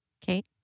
kate